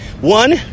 One